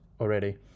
already